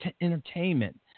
entertainment